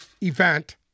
event